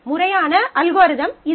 முறையான அல்காரிதம் இது